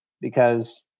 because-